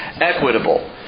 equitable